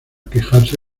quejarse